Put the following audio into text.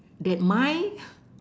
that my